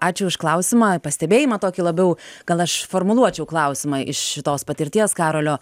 ačiū už klausimą pastebėjimą tokį labiau gal aš formuluočiau klausimą iš šitos patirties karolio